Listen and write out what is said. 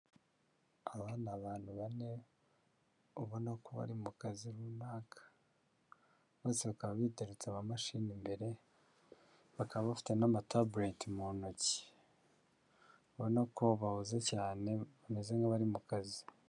Aba ni abantu bane ubona ko bari mu kazi runaka, bose bakaba biteretse amamashini imbere, bakaba bafite n'amatabureti mu ntoki, ubona ko bahuze cyane bameze nk'abari mu kazi.